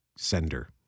sender